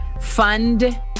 FUND